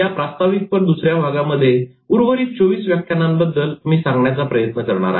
या प्रास्ताविक पर दुसऱ्या भागामध्ये उर्वरित 24 व्याख्यानांबद्दल मी सांगण्याचा प्रयत्न करणार आहे